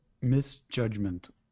misjudgment